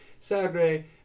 Saturday